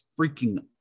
freaking